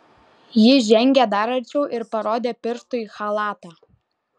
ji žengė dar arčiau ir parodė pirštu į chalatą